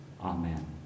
Amen